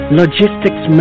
logistics